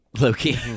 Loki